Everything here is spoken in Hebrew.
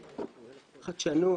חדשנות.